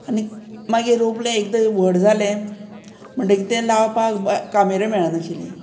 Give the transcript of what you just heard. आनी मागीर रोंपलें एकदां व्हड जालें म्हणटकीर तें लावपाक कामेर मेळनाशिल्लीं